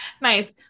Nice